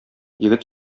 егет